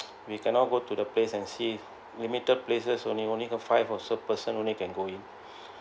we cannot go to the place and see limited places only only a five or six person only can go in